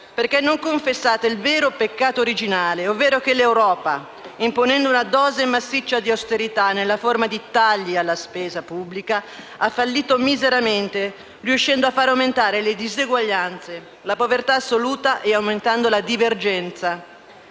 Perché non confessate il vero peccato originale, ovvero che l'Europa - imponendo una dose massiccia di austerità nella forma di tagli alla spesa pubblica - ha fallito miseramente, riuscendo a far aumentare le diseguaglianze, la povertà assoluta e aumentando la divergenza?